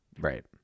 Right